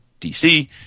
DC